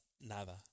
nada